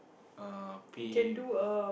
err pay